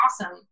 awesome